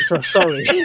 Sorry